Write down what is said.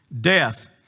death